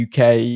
UK